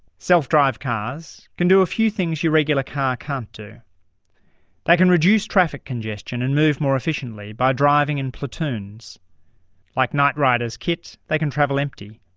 self-drive cars can do a few things your regular car can't do. they can reduce traffic congestion and move more efficiently by driving in platoons like knight rider's kitt they can travel empty.